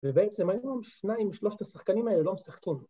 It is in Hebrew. ‫ובעצם היום שניים, ‫שלושת השחקנים האלה לא משחקים.